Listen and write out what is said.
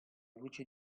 luce